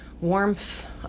warmth